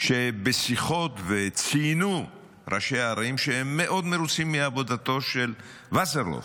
שבשיחות ציינו ראשי הערים שהם מאוד מרוצים מעבודתו של וסרלאוף,